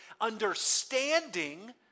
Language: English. understanding